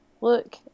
look